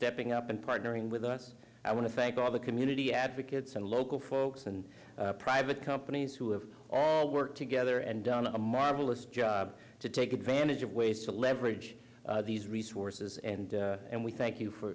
stepping up and partnering with us i want to thank all the community advocates and local folks and private companies who have all worked together and done a marvelous job to take advantage of ways to leverage these resources and and we thank you for